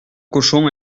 cochons